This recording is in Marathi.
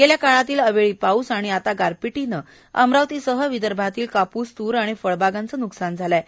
गेल्या काळातील अवेळी पाऊस आणि आताही गारपीटीनं अमरावतीसह विदर्भातील कापूस तूर आणि फळबागांचं नुकसान झाले आहे